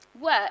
work